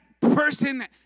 person